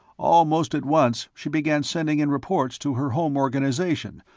almost at once, she began sending in reports to her home organization,